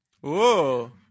whoa